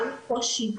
יש קושי,